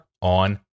on